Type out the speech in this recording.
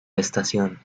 estación